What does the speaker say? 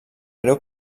greu